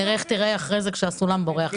נראה איך תיראה אחרי כן כשהסולם בורח לך.